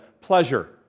pleasure